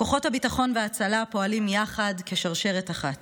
כוחות הביטחון וההצלה פועלים יחד כשרשרת אחת,